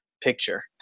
picture